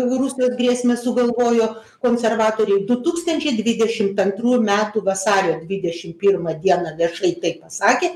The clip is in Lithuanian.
rusijos grėsmę sugalvojo konservatoriai du tūkstančiai dvidešim antrų metų vasario dvidešim pirmą dieną viešai tai pasakė